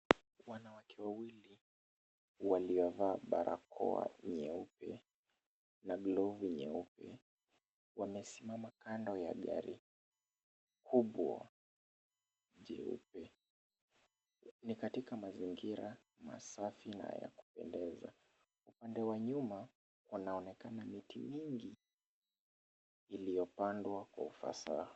Wanawake wawili waliovaa barakoa nyeupe na glovu nyeupe wamesimama kando ya gari kubwa jeupe. Ni katika mazingira masafi na ya kupendeza. Upande wa nyuma wanaonekana miti mingi iliyopandwa kwa ufasaha.